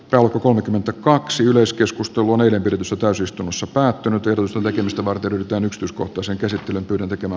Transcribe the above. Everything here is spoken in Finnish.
nolla kolmekymmentäkaksi yleiskeskusteluun eilen pidetyssä täysistunnossa päättynyt virus on tekemistä varten riittänyt uskoa toisen käsittelyn yhdentekevä